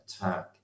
attack